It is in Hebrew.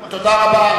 הלאומי.